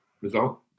result